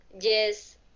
Yes